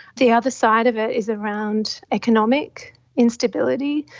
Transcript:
the other side of it is around economic instability.